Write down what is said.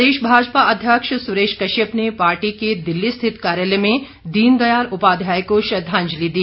प्रदेश भाजपा अध्यक्ष सुरेश कश्यप ने पार्टी के दिल्ली रिथित कार्यालय में दीन दयाल उपाध्याय को श्रद्वाजंलि दी